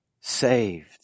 Saved